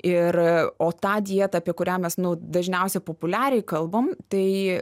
ir o tą dietą apie kurią mes dažniausiai populiariai kalbam tai